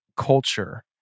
Culture